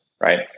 right